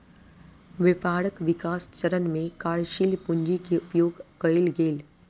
व्यापारक विकास चरण में कार्यशील पूंजी के उपयोग कएल गेल